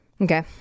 Okay